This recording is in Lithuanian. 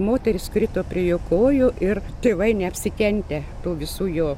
moteris krito prie jo kojų ir tėvai neapsikentę tų visų jo